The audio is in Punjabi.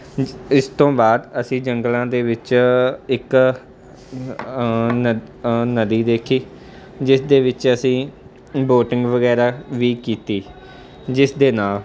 ਇ ਇਸ ਤੋਂ ਬਾਅਦ ਅਸੀਂ ਜੰਗਲਾਂ ਦੇ ਵਿੱਚ ਇੱਕ ਨ ਨਦੀ ਦੇਖੀ ਜਿਸ ਦੇ ਵਿੱਚ ਅਸੀਂ ਬੋਟਿੰਗ ਵਗੈਰਾ ਵੀ ਕੀਤੀ ਜਿਸ ਦੇ ਨਾਲ